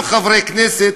וגם חברי כנסת,